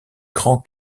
grand